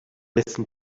listen